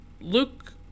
Luke